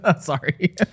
Sorry